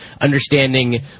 understanding